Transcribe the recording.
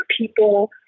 people